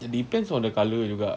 it depends on the colour juga